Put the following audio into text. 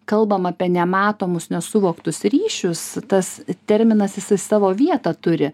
kalbam apie nematomus nesuvoktus ryšius tas terminas savo vietą turi